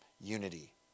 unity